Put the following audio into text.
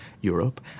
Europe